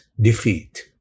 defeat